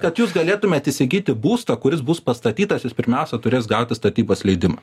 kad jūs galėtumėt įsigyti būstą kuris bus pastatytas jis pirmiausia turės gauti statybos leidimą